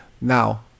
Now